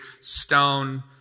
stone